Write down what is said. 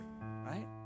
right